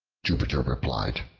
jupiter replied,